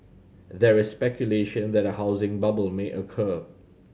there is speculation that a housing bubble may occur